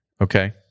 Okay